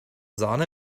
sahne